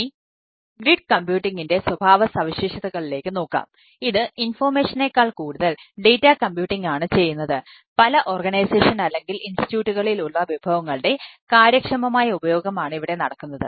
ഇനി ഗ്രിഡ് കമ്പ്യൂട്ടിംഗിൻറെ ആയി ഉപയോഗിക്കാം